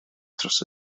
dros